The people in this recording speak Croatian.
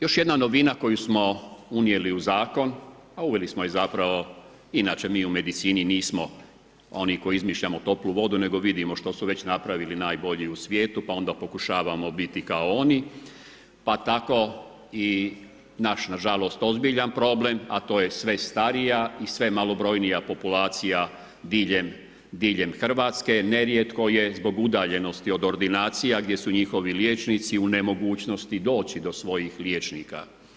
Još jedna novina koju smo uveli u zakon a uveli smo je zapravo, inače mi u medicini nismo oni koji izmišljamo toplu vodu nego vidimo što su već napravili najbolji u svijetu pa onda pokušavamo biti kao oni pa tako i naš nažalost ozbiljan problem a to je sve starija i sve malobrojnija populacija diljem Hrvatske, ne rijetko je zbog udaljenosti od ordinacija gdje su njihovi liječnici u nemogućnosti doći do svojih liječnika.